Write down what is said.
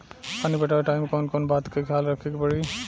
पानी पटावे टाइम कौन कौन बात के ख्याल रखे के पड़ी?